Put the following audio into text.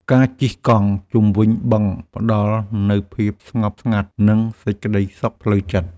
ការជិះកង់ជុំវិញបឹងផ្ដល់នូវភាពស្ងប់ស្ងាត់ និងសេចក្ដីសុខផ្លូវចិត្ត។